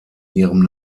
ihrem